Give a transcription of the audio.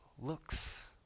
looks